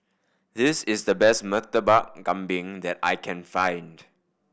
this is the best Murtabak Kambing that I can find